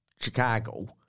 Chicago